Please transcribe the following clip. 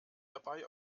dabei